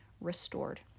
restored